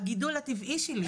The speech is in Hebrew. הגידול הטבעי שלי.